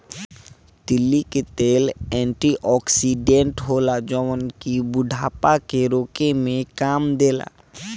तीली के तेल एंटी ओक्सिडेंट होला जवन की बुढ़ापा के रोके में काम देला